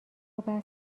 بسه